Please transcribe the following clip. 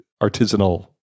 artisanal